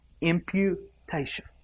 Imputation